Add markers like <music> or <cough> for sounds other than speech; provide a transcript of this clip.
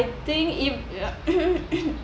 think e~ <coughs>